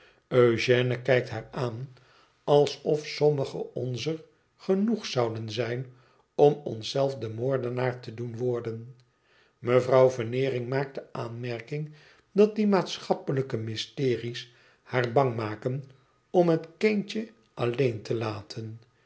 eugène kijkt haar aan alsof sommigen onzer genoeg zouden zijn om ons zelfde moordenaar te doen worden mevrouw veneering maakt de aanmerking dat die maatschappelijke mysteries haar bang maken om het kindje alleen te laten